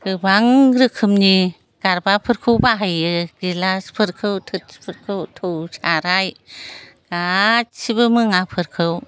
गोबां रोखोमनि गारबाफोरखौ बाहायो गिलासफोरखौ थोरसिफोरखौ थौ साराय गासिबो मुवाफोरखौ